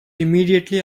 immediately